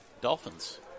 Dolphins